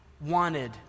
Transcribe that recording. wanted